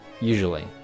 usually